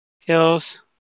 Kills